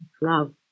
Love